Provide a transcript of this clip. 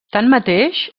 tanmateix